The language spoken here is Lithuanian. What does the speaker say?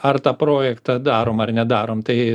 ar tą projektą darom ar nedarom tai